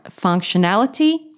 functionality